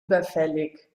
überfällig